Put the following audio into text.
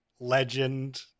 legend